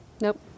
Nope